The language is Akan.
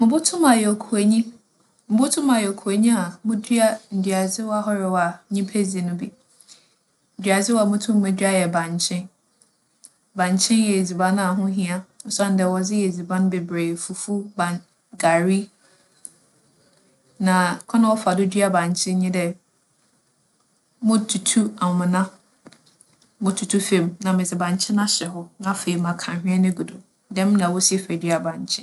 Mubotum ayɛ okuanyi. Mubotum ayɛ okuanyi a mudua nduadzewa ahorow a nyimpa dzi no bi. Nduadzewa a motum medua yɛ bankye. Bankye yɛ edziban a ho hia osiandɛ wͻdze yɛ edziban beberee, fufu, ban - gari. Na kwan a wͻfa do dua bankye nye dɛ motutu amona, motutu famu na medze bankye no ahyɛ hͻ. Na afei, maka anhwea no egu do. Dɛm na wosi fa dua bankye.